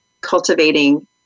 cultivating